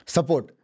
Support